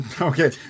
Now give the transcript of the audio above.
Okay